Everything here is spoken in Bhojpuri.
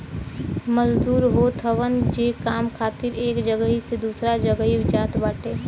मजदूर होत हवन जे काम खातिर एक जगही से दूसरा जगही जात बाटे